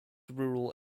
rural